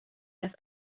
have